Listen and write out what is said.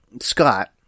Scott